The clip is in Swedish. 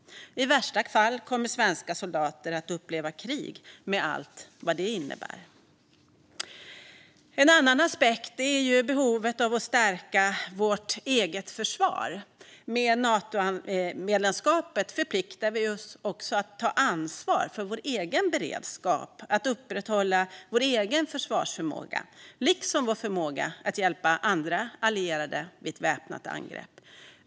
I värsta fall kommer svenska soldater att få uppleva krig med allt vad det innebär. En annan aspekt är behovet av att stärka vårt eget försvar. Natomedlemskapet förpliktar oss att ta ansvar för vår egen beredskap och upprätthålla vår egen försvarsförmåga liksom vår förmåga att hjälpa andra allierade vid ett väpnat angrepp.